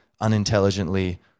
unintelligently